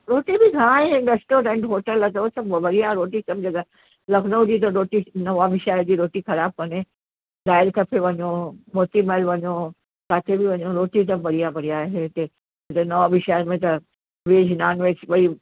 हुते बि घणेई रेस्टोरेंट होटेल अथव सभु बढ़िया रोटी सभु जॻह लखनऊ जी त रोटी नवाबी शहर जी रोटी ख़राबु कोने रॉयल कैफ़े वञो मोती महल वञो किथे बि वञो रोटी बढ़िया बढ़िया आहे हिते नवाबी शहर में त वेज नॉनवेज ॿई